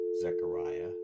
Zechariah